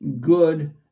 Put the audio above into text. good